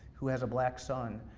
who has a black son,